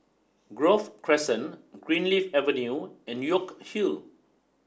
Grove Crescent Greenleaf Avenue and York Hill